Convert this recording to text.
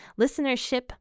listenership